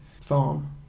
farm